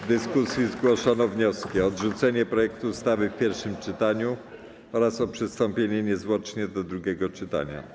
W dyskusji zgłoszono wnioski: - o odrzucenie projektu ustawy w pierwszym czytaniu, - o przystąpienie niezwłocznie do drugiego czytania.